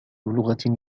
لغة